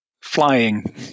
Flying